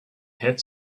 hit